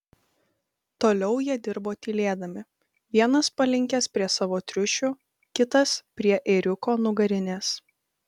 toliau jie dirbo tylėdami vienas palinkęs prie savo triušių kitas prie ėriuko nugarinės